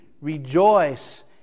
rejoice